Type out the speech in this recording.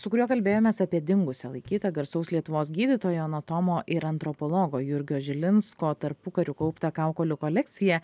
su kuriuo kalbėjomės apie dingusia laikytą garsaus lietuvos gydytojo anatomo ir antropologo jurgio žilinsko tarpukariu kauptą kaukolių kolekciją